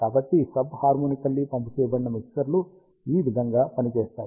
కాబట్టి sub harmonically pump చేయబడిన మిక్సర్లు ఈ విధంగా పనిచేస్తాయి